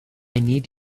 need